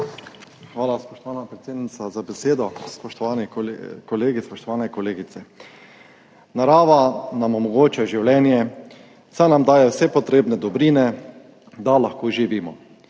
Hvala, spoštovana predsednica, za besedo. Spoštovani kolegi, spoštovane kolegice! Narava nam omogoča življenje, saj nam daje vse potrebne dobrine, da lahko živimo,